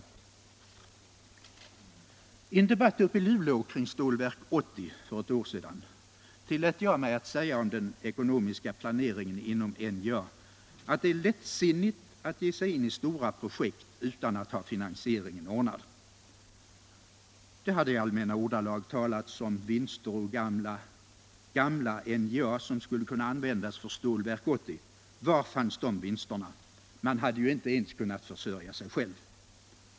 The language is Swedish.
I en debatt i Luleå kring Stålverk 80 för ett år sedan tillät jag mig att säga om den ekonomiska planeringen inom NJA att det är lättsinnigt att ge sig in i stora projekt utan att ha finansieringen ordnad. Det hade i allmänna ordalag talats om att vinster ur gamla NJA skulle kunna användas för Stålverk 80. Var fanns de vinsterna? Man hade ju inte ens kunnat försörja sig själv.